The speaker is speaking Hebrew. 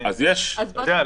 אתה יודע,